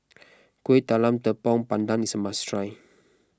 Kueh Talam Tepong Pandan is a must try